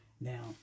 Now